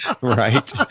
Right